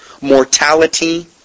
mortality